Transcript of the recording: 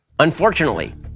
Unfortunately